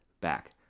back